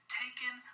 taken